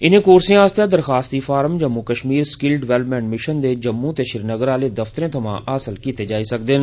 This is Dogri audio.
उनें कोर्से आस्तै दरखास्ती form Jammu Kashmir skill development mission दे जम्मू ते श्रीनगर दफ्तरें थमां हासल कीते जाई सकदे न